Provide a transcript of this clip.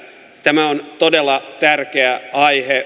tämä on todella tärkeä aihe